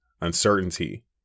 uncertainty